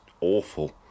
awful